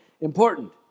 important